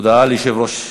הודעה ליושב-ראש הקואליציה,